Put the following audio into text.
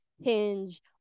hinge